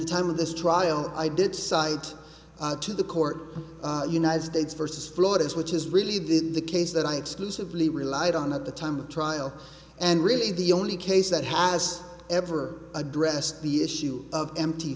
the time of this trial i did cite to the court united states versus florida's which is really did the case that i exclusively relied on at the time of trial and really the only case that has ever addressed the issue of empty